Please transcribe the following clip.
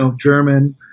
German